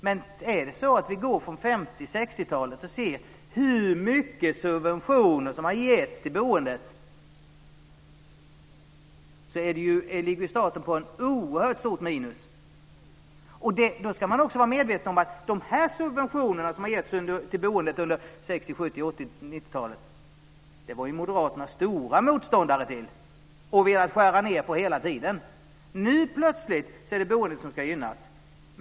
Men om vi går från 50 och 60-talen och ser hur mycket subventioner som har getts till boendet så ligger staten på ett oerhört stort minus. Och då ska man också vara medveten om att moderaterna var stora motståndare till de subventioner som har getts till boendet under 60-, 70-, 80 och 90-talen. De har hela tiden velat skära ned på detta. Nu plötsligt är det boendet som ska gynnas.